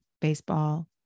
baseball